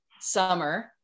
summer